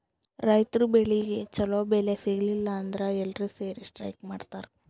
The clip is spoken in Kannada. ರೈತರ್ ಬೆಳಿಗ್ ಛಲೋ ಬೆಲೆ ಸಿಗಲಿಲ್ಲ ಅಂದ್ರ ಎಲ್ಲಾರ್ ಸೇರಿ ಸ್ಟ್ರೈಕ್ ಮಾಡ್ತರ್